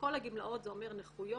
כל הגמלאות זה אומר נכויות,